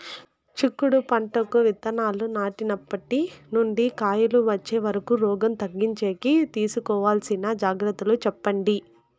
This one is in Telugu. చిక్కుడు పంటకు విత్తనాలు నాటినప్పటి నుండి కాయలు వచ్చే వరకు రోగం తగ్గించేకి తీసుకోవాల్సిన జాగ్రత్తలు చెప్పండి?